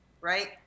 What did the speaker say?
right